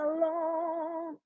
Alone